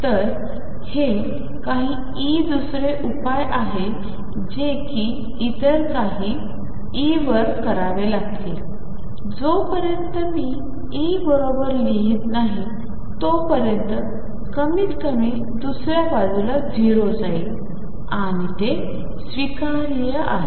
तर हे काही E दुसरे उपाय आहे जसे की इतर काही E असे करावे जोपर्यंत मी E बरोबर लिहित नाही जोपर्यंत कमीतकमी दुसऱ्या बाजूला 0 जाईल आणि ते स्वीकार्य आहे